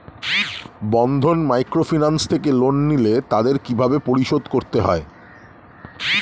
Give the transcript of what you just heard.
বন্ধন microfinance থেকে loan নিলে তাদের কিভাবে পরিশোধ করতে হয়?